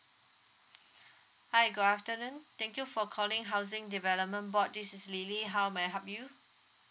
hi good afternoon thank you for calling housing development board this is lily how may I help you